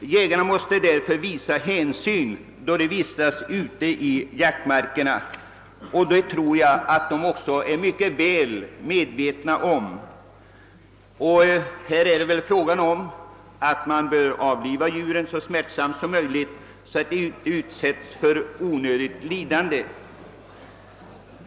Jägarna måste därför visa hänsyn då de vistas ute i jaktmarkerna, något som de också har insikt om. Djuren måste naturligtvis avlivas så smärtfritt som möjligt, så att de inte utsätts för onödigt lidande.